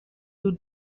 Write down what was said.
who